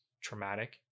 traumatic